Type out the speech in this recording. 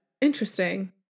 Interesting